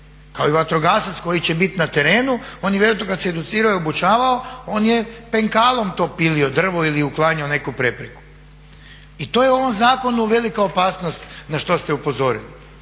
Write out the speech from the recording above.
kao i vatrogasac koji će biti na terenu, oni vjerojatno kad se educirao i obučavao on je penkalom to pilio drvo ili uklanjao neku prepreku. I to je u ovom zakonu velika opasnost na što ste upozorili